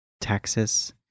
Texas